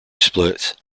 split